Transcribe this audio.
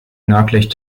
nördlich